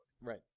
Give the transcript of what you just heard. Right